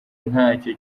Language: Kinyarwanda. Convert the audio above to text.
ntacyo